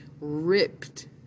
ripped